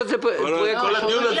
כל הדיון הזה הוא